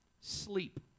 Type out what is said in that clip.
sleep